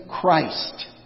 Christ